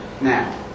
Now